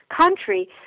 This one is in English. country